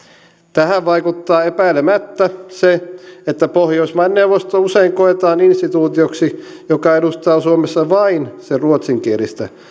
tähän vaikuttaa epäilemättä se että pohjoismaiden neuvosto usein koetaan instituutioksi joka edustaa suomessa vain sen ruotsinkielistä